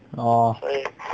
oh